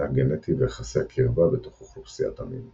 הגנטי ויחסי הקרבה בתוך אוכלוסיית המין.